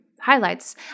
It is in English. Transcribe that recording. highlights